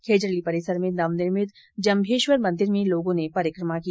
खेजड़ली परिसर में नवनिर्मित जम्मेश्वर मंदिर में लोगो ने परिक्रमा की